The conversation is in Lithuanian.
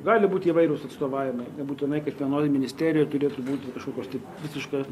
gali būti įvairūs atstovavimai nebūtinai kiekvienoj ministerijoj turėtų būti kažkokios tai visiška